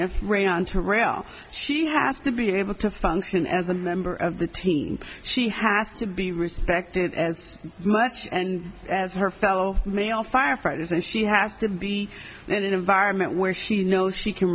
rail she has to be able to function as a member of the team she has to be respected as much and as her fellow male firefighters and she has to be that environment where she knows she can